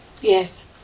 Yes